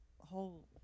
whole